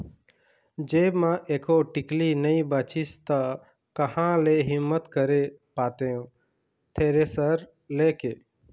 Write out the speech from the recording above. जेब म एको टिकली नइ बचिस ता काँहा ले हिम्मत करे पातेंव थेरेसर ले के